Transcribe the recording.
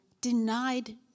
denied